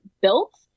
built